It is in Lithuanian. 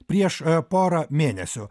prieš porą mėnesių